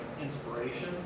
inspiration